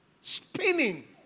Spinning